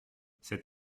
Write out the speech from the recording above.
cet